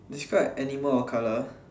describe animal or colour